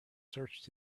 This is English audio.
searched